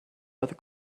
oedd